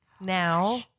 now